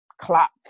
clapped